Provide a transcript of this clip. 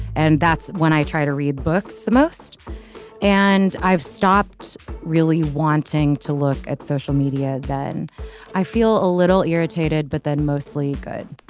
and that's when i try to read books the most and i've stopped really wanting to look at social media. then i feel a little irritated but then mostly good.